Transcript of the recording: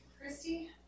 christy